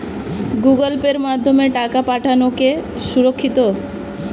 Google পের মাধ্যমে টাকা পাঠানোকে সুরক্ষিত?